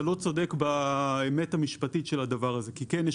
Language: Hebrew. אתה לא צודק באמת המשפטית של הדבר הזה כי כן יש